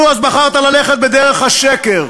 נו, אז בחרת ללכת בדרך השקר,